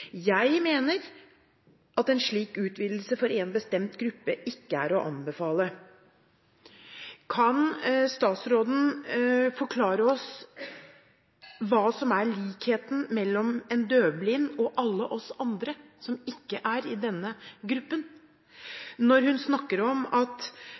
Jeg mener at en slik utvidelse for en bestemt gruppe ikke er å anbefale.» Kan statsråden forklare oss hva som er likheten mellom en døvblind og alle oss andre, som ikke er i denne gruppen, når hun snakker om at